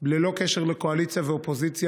ללא קשר לקואליציה ואופוזיציה,